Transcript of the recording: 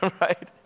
right